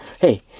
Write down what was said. hey